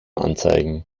anzeigen